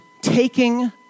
taking